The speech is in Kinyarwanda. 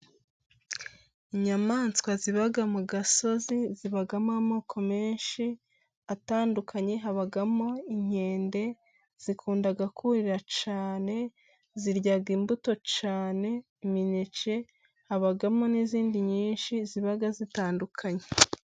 Inyamanswa zibaga mu gasozi zibagamo, amoko menshi atandukanye, habagamo inkende, zikundaga kurira cyane, ziryaga imbuto cyane, imineke habagamo, n'izindi nyinshi zibaga zitandukanye.